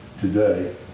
today